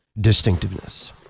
distinctiveness